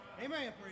Amen